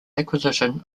acquisition